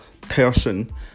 person